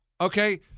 Okay